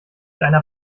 einer